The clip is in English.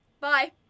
Bye